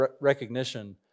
recognition